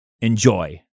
Enjoy